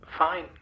Fine